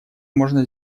можно